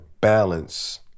balance